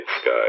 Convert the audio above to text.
sky